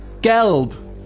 Gelb